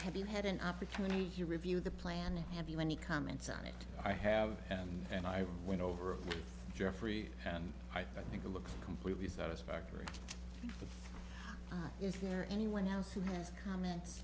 have you had an opportunity to review the plan have you any comments on it i have and and i went over jeffery and i think it looks completely satisfactory is there anyone else who has comments